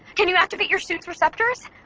can you activate your suit's receptors?